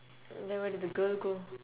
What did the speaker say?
then where did the girl go